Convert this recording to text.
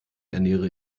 ernähre